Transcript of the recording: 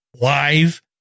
live